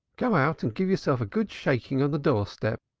go out and give yourself a good shaking on the door-step,